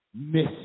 miss